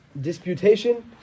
Disputation